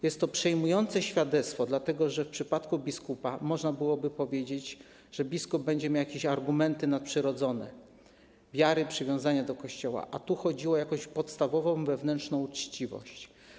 Jest to przejmujące świadectwo, dlatego że w przypadku biskupa można by było sądzić, że biskup będzie miał jakieś argumenty nadprzyrodzone, wiary, przywiązania do Kościoła, a tu chodziło o jakąś podstawową wewnętrzną uczciwość.